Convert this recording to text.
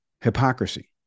hypocrisy